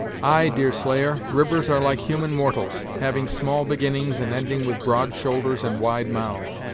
ay, deerslayer, rivers are like human mortals having small beginnings, and ending with broad shoulders and wide mouths.